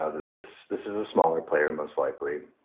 ah that this this is a smaller player, most likely.